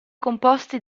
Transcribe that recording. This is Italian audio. composti